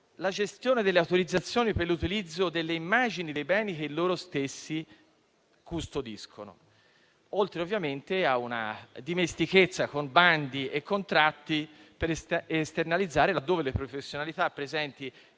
la gestione delle autorizzazioni per l'utilizzo delle immagini dei beni che loro stessi custodiscono. Inoltre occorre ovviamente una dimestichezza con bandi e contratti per esternalizzare, laddove le professionalità presenti